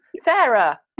Sarah